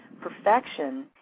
perfection